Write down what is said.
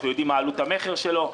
אנחנו יודעים מה עלות המכר שלו.